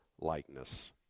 likeness